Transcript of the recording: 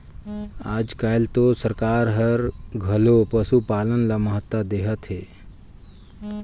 आयज कायल तो सरकार हर घलो पसुपालन ल महत्ता देहत हे